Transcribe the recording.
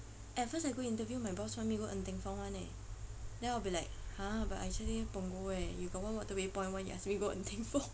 at first I go interview my boss want me to go ng teng fong [one] eh then I will be like ha but I stay in punggol eh you got [one] waterway point why you ask me go ng teng fong